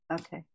Okay